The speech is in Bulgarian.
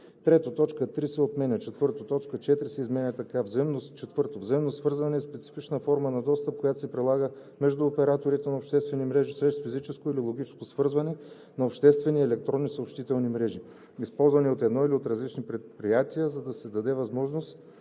3. Точка 3 се отменя. 4. Точка 4 се изменя така: „4. „Взаимно свързване“ е специфична форма на достъп, която се прилага между операторите на обществени мрежи чрез физическото и логическото свързване на обществени електронни съобщителни мрежи, използвани от едно или от различни предприятия, за да се даде възможност